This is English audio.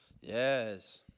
Yes